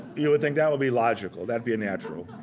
you would think that would be logical, that'd be a natural.